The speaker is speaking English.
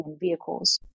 vehicles